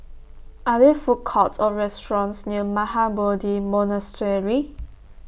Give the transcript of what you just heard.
Are There Food Courts Or restaurants near Mahabodhi Monastery